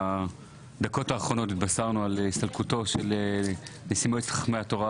בדקות האחרונות התבשרנו על הסתלקותו של נשיא מועצת חכמי התורה,